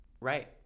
Right